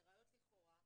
זה ראיות לכאורה,